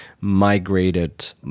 migrated